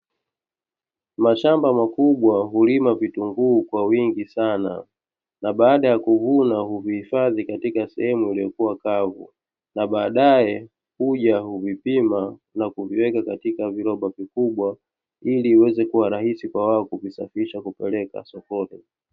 Mashamba makubwa hulima vitunguu kwa wingi sana, na baada ya kuvuna huvihifadhi katika sehemu iliyokuwa kavu na baadae huja huvipima na kuviweka katika viroba vikubwa ili iweze kuwa rahisi kwa waokuvisafirisha kuvipeleka sokoni.